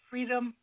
Freedom